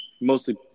mostly